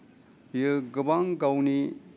बियो गोबां गावनि